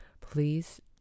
Please